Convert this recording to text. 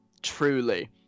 Truly